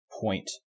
point